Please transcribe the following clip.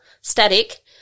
static